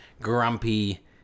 grumpy